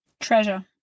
Treasure